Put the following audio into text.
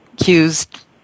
accused